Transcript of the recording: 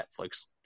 Netflix